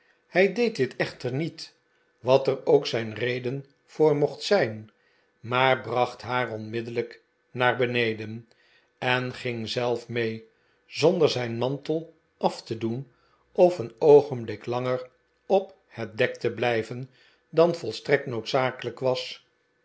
hij deed dit echter niet wat er ook zijn redenvoor mocht zijn maar bracht haar onmiddellijk naar beneden en ging zelf mee zonder zijn mantel af te doen of een oogenblik langer op het dek te blijven dan volstrekt noodzakelijk was